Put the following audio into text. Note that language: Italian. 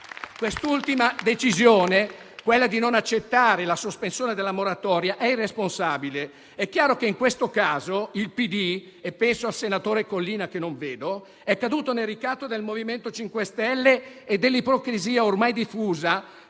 La decisione di non accettare la sospensione della moratoria è irresponsabile. È chiaro che in questo caso il PD - penso al senatore Collina, che non vedo presente in Aula - è caduto nel ricatto del MoVimento 5 Stelle e dell'ipocrisia, ormai diffusa,